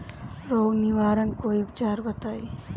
रोग निवारन कोई उपचार बताई?